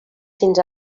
fins